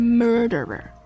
murderer